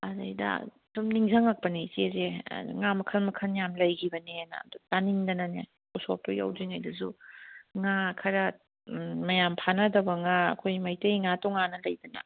ꯑꯗꯨꯗ ꯑꯗꯨꯝ ꯅꯤꯡꯁꯪꯉꯛꯄꯅꯤ ꯏꯆꯦꯁꯦ ꯉꯥ ꯃꯈꯜ ꯃꯈꯜ ꯌꯥꯝ ꯂꯩꯈꯤꯕꯅꯦꯅ ꯑꯗꯨ ꯆꯥꯅꯤꯡꯗꯅꯅꯦ ꯎꯁꯣꯞꯇꯣ ꯌꯧꯗ꯭ꯔꯤꯉꯩꯗꯁꯨ ꯉꯥ ꯈꯔ ꯃꯌꯥꯝ ꯐꯥꯅꯗꯕ ꯉꯥ ꯑꯩꯈꯣꯏ ꯃꯩꯇꯩ ꯉꯥ ꯇꯣꯡꯉꯥꯟꯅ ꯂꯩꯗꯅ